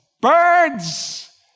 birds